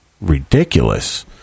ridiculous